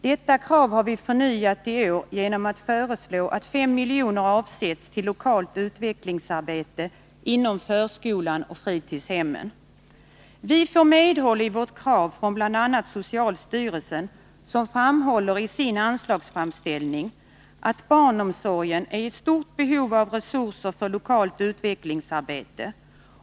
Detta krav har vi förnyat i år genom att föreslå att 5 miljoner avsätts till lokalt utvecklingsarbete inom förskolan och fritidshemmen. Vi får medhåll i vårt krav av bl.a. socialstyrelsen, som i sin anslagsframställning framhåller att barnomsorgen är i stort behov av resurser för lokalt utvecklingsarbete.